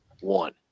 one